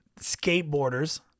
skateboarders